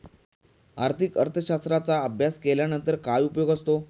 आर्थिक अर्थशास्त्राचा अभ्यास केल्यानंतर काय उपयोग असतो?